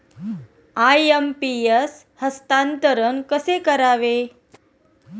IMPS हस्तांतरण कसे करावे?